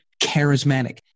charismatic